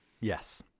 yes